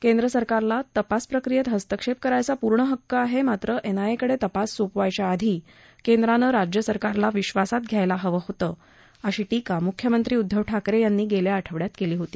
केंद्र सरकारला तपास प्रक्रियेत हस्तक्षेप करायचा पूर्ण हक्क आहे मात्र एनआयएकडे तपास सोपवायच्या आधी केंद्रानं राज्य सरकारला विश्वासात घ्यायाल हवं होतं अशी टीका मुख्यमंत्री उद्धव ठाकरे यांनी गेल्या आठवड्यात केली होती